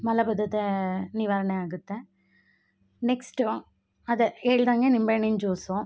ಮಲಬದ್ಧತೆ ನಿವಾರಣೆ ಆಗುತ್ತೆ ನೆಕ್ಸ್ಟು ಅದೇ ಹೇಳ್ದಂಗೆ ನಿಂಬೆಹಣ್ಣಿನ್ ಜ್ಯೂಸು